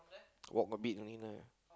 walk a bit only lah